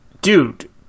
Dude